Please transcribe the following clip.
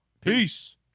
Peace